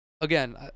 again